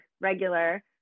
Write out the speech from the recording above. Regular